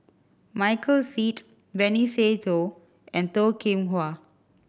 Michael Seet Benny Se Teo and Toh Kim Hwa